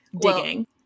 digging